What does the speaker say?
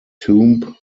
tomb